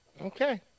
Okay